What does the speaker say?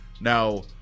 Now